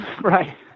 right